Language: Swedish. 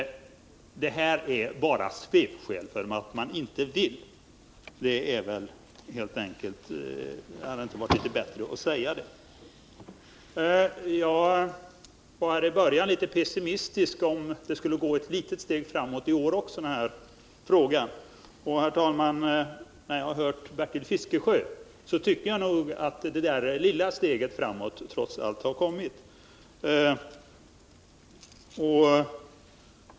Det är här bara fråga om svepskäl — man vill inte ha offentliga Nr 121 utskottsutfrågningar. Hade det inte varit bättre att säga det? Till en början var jag litet pessimistisk — om den här frågan skulle föras ett litet steg framåt också i år, men, herr talman, efter att ha hört Bertil Fiskesjö tycker jag nog att det där lilla steget framåt trots allt har förverkligats.